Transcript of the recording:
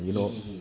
he he he